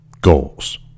Goals